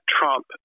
Trump